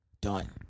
done